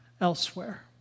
elsewhere